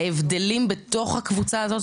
ההבדלים בתוך הקבוצה הזאת,